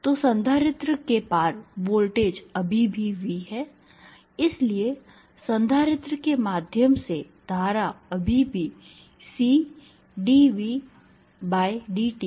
तो संधारित्र के पार वोल्टेज अभी भी V है इसलिए संधारित्र के माध्यम से धारा अभी भी C dVdtहै